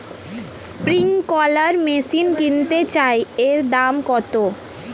Sprinkler machine কিনতে চাই এর দাম কত?